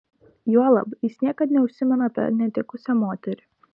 juolab jis niekad neužsimena apie netikusią moterį